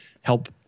help